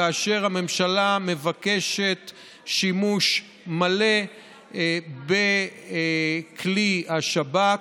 כאשר הממשלה מבקשת שימוש מלא בכלי השב"כ,